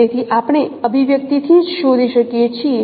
તેથી આપણે અભિવ્યક્તિથી જ શોધી શકીએ છીએ